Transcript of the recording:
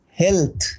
health